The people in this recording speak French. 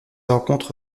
rencontre